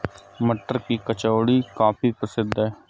मटर की कचौड़ी काफी प्रसिद्ध है